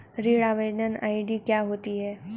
ऋण आवेदन आई.डी क्या होती है?